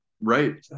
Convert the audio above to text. Right